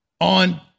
on